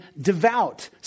devout